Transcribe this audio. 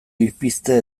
ipizte